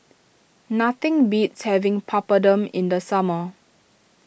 nothing beats having Papadum in the summer